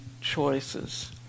choices